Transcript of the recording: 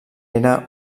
era